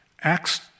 Acts